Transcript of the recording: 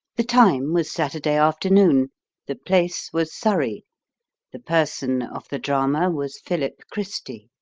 the time was saturday afternoon the place was surrey the person of the drama was philip christy.